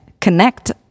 connect